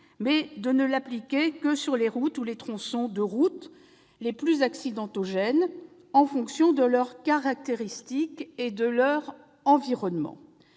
mais de ne l'appliquer que sur les routes ou les tronçons de route les plus accidentogènes, en fonction de leurs caractéristiques et de leur environnement.